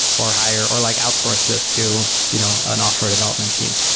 or higher, or like outsource this to you know an offshore development team.